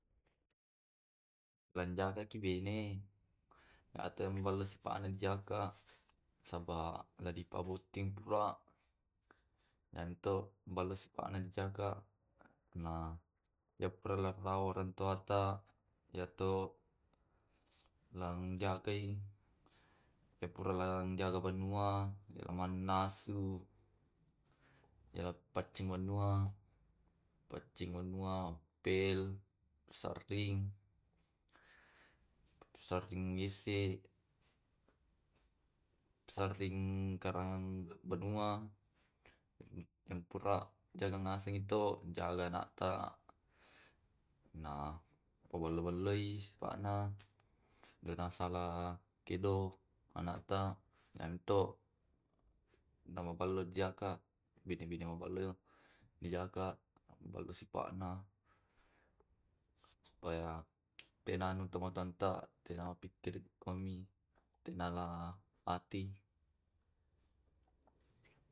Ekilanjaka ki bene ato magelloke sipana dijaka, nasapa dipambottingi tula yamto magelloe sipana dijaka. Naiya puralatai orang tuata, yato lang jagai. Yapura lang jaga benua, yang mannasu, iya la pacing manua paccing anua pel, masarring, massaring wc, masarring karangang banua,. Na iya jagai ngasengi to, jagai anakta. Napabello-belloi sipana. Ajana nasala kedok anakta na mapello dijaka. Bine bine mapello dijaka sipana supaya tenanu tomantanta tena pikkir uami tenala ati.